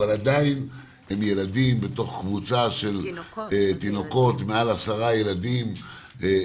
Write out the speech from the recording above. אבל עדיין הם ילדים בתוך קבוצה של מעל עשרה ילדים,